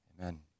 Amen